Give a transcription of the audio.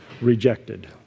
rejected